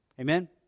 Amen